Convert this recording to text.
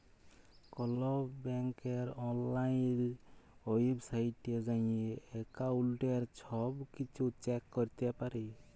call ব্যাংকের অললাইল ওয়েবসাইটে যাঁয়ে এক্কাউল্টের ছব কিছু চ্যাক ক্যরতে পারি